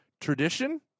tradition